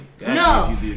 No